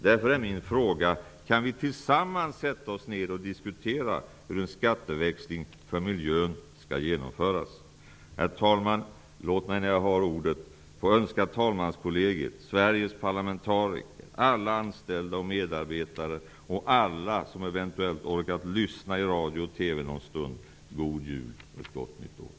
Därför är min fråga: Kan vi sätta oss ned och tillsammans diskutera hur en skatteväxling för miljön skall genomföras? Herr talman! Låt mig få önska talmanskollegiet, Sveriges parlamentariker, alla anställda och medarbetare och alla som eventuellt orkat lyssna via radio eller TV God Jul och Gott Nytt År!